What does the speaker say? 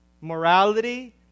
morality